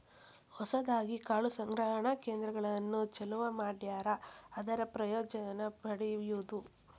ಹೊಸದಾಗಿ ಕಾಳು ಸಂಗ್ರಹಣಾ ಕೇಂದ್ರಗಳನ್ನು ಚಲುವ ಮಾಡ್ಯಾರ ಅದರ ಪ್ರಯೋಜನಾ ಪಡಿಯುದು